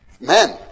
men